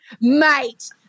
mate